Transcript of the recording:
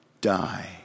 die